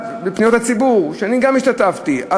לפניות הציבור שגם אני השתתפתי בה,